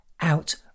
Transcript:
out